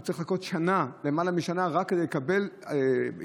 צריך לחכות למעלה משנה רק כדי לקבל אישור